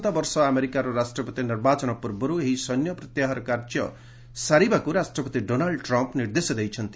ଆସନ୍ତାବର୍ଷ ଆମେରିକାର ରାଷ୍ଟ୍ରପତି ନିର୍ବାଚନ ପୂର୍ବରୁ ଏହି ସୈନ୍ୟ ପ୍ରତ୍ୟାହାର କାର୍ଯ୍ୟ ସାରିବାକୁ ରାଷ୍ଟ୍ରପତି ଡୋନାଲ୍ଡ ଟ୍ରମ୍ପ୍ ନିର୍ଦ୍ଦେଶ ଦେଇଛନ୍ତି